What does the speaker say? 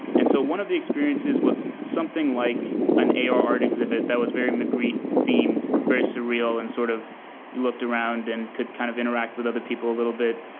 and so one of the experiences was something like an ar art exhibit that was very magritte themed, very surreal and sort of you looked around and could kind of interact with other people a little bit,